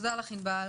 דניאל כץ